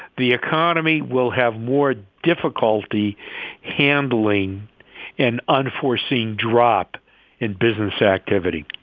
the economy will have more difficulty handling an unforeseen drop in business activity.